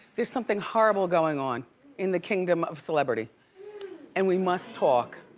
there's something horrible going on in the kingdom of celebrity and we must talk.